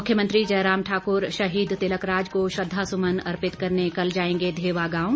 मुख्यमंत्री जयराम ठाकुर शहीद तिलकराज को श्रद्वासुमन अर्पित करने कल जाएंगे धेवा गांव